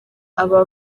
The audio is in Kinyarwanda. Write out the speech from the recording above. aba